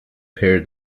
paired